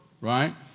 right